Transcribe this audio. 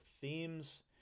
themes